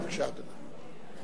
בבקשה, אדוני.